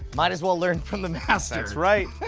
might as well learn from the master. that's right.